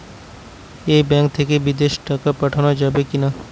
এই ব্যাঙ্ক থেকে বিদেশে টাকা পাঠানো যাবে কিনা?